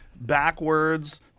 backwards